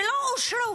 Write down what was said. שלא אושרו